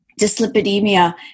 dyslipidemia